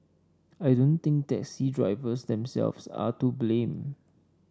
I don't think taxi drivers themselves are to blame